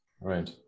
right